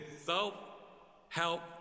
self-help